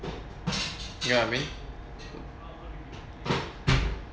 you get what I mean